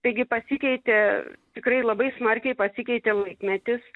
taigi pasikeitė tikrai labai smarkiai pasikeitė laikmetis